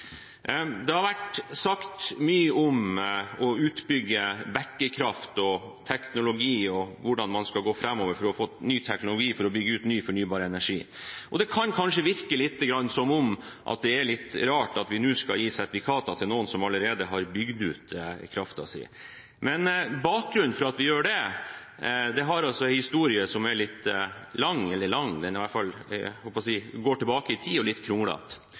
Det har vært sagt mye om å bygge ut bekkekraft og om hvordan man skal gå fram for å få ny teknologi til å bygge ut ny fornybar energi. Det kan kanskje virke litt rart at vi nå skal gi sertifikater til noen som allerede har bygd ut kraften sin, men bakgrunnen for at vi gjør det, er en historie som er litt lang – den går i hvert fall tilbake i tid og er litt